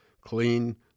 clean